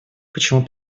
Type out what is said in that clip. почему